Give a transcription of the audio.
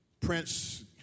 Prince